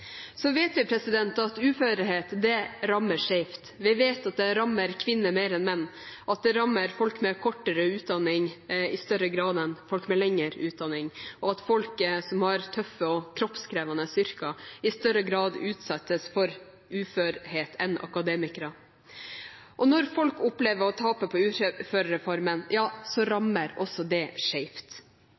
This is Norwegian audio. Vi vet at uførhet rammer skjevt. Vi vet at det rammer kvinner mer enn menn, at det rammer folk med kortere utdanning i større grad enn folk med lengre utdanning, og at folk som har tøffe og kroppskrevende yrker, i større grad utsettes for uførhet enn akademikere. Når folk opplever å tape på uførereformen, ja så rammer det også